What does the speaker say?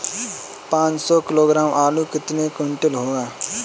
पाँच सौ किलोग्राम आलू कितने क्विंटल होगा?